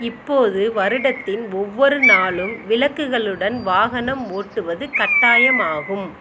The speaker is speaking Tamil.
இப்போது வருடத்தின் ஒவ்வொரு நாளும் விளக்குகளுடன் வாகனம் ஓட்டுவது கட்டாயமாகும்